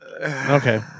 Okay